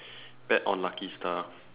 bet on lucky star